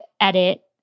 edit